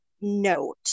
note